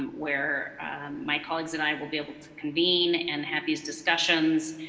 um where my colleagues and i will be able to convene and have these discussions.